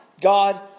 God